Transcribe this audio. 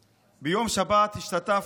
ברוך שובך בריא.) ביום שבת השתתפתי